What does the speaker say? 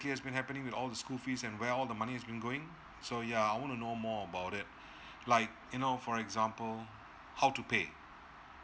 has been happening all school fees and well the money I'm going so ya I want to know more about it like you know for example how to pay